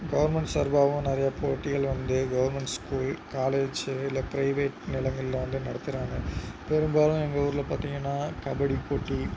government சார்பாகவும் நிறைய போட்டிகள் வந்து கவெர்மென்ட் ஸ்கூல் காலேஜு இல்லை பிரைவேட் நிலங்களில் வந்து நடத்துகிறாங்க பெரும்பாலும் எங்கள் ஊரில் பார்த்திங்கன்னா கபடி போட்டி